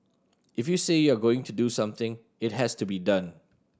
if you say you are going to do something it has to be done